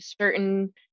certain